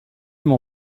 m’en